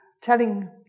telling